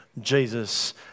Jesus